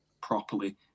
properly